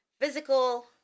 physical